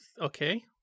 okay